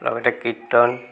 লগতে কীৰ্তন